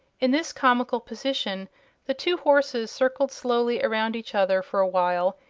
in this comical position the two horses circled slowly around each other for a while,